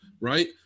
right